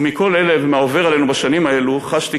ומכל אלה ומהעובר עלינו בשנים האלו חשתי,